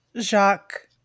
Jacques